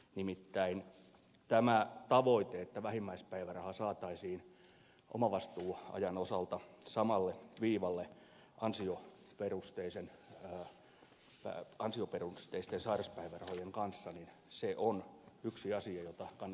nimittäin tämä tavoite että vähimmäispäiväraha saataisiin omavastuuajan osalta samalle viivalle ansioperusteisten sairauspäivärahojen kanssa se on yksi asia jota kannattaa ajaa